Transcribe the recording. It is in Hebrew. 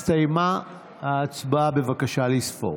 הסתיימה ההצבעה, בבקשה לספור.